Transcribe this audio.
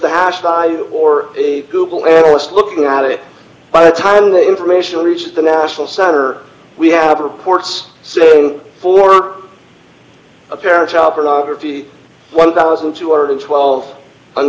by or a google analyst looking at it by the time the information reached the national center we have reports saying for a parent child pornography one thousand two hundred and twelve